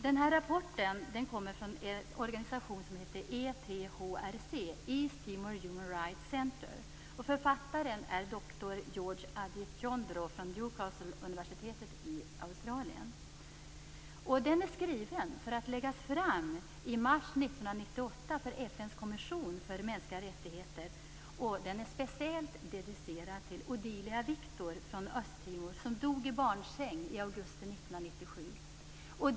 Den här rapporten kommer från en organisation som heter ETHRC, East Timor Human Rights Center. Författaren är dr George Aditjondro från Newcastle University i Australien. Den är skriven för att läggas fram i mars 1998 för FN:s kommission för mänskliga rättigheter. Den är speciellt dedicerad till Odilia Victor från Östtimor, som dog i barnsäng i augusti 1997.